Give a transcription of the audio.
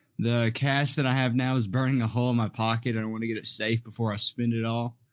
the cash that i have now is burning a hole in my pocket. i don't want to get it safe before i spend it all.